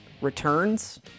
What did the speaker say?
Returns